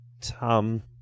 Tom